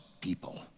people